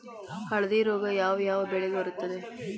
ಹಳದಿ ರೋಗ ಯಾವ ಯಾವ ಬೆಳೆಗೆ ಬರುತ್ತದೆ?